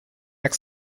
jak